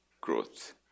growth